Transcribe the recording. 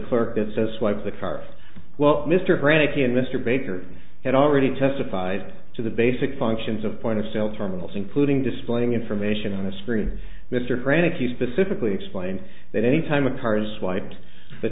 clerk that says swipe the card well mr granik and mr baker had already testified to the basic functions of point of sale terminals including displaying information on the screen mr frantically specifically explained that any time a car's swiped the